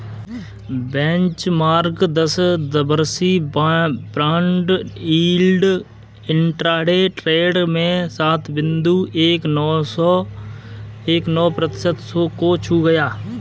benchmark दस वर्षीय bond yield intraday trade में सात बिंदु एक नौ प्रतिशत को छू गया